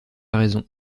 raison